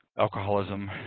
alcoholism,